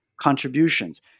contributions